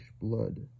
blood